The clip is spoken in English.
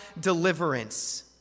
deliverance